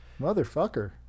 Motherfucker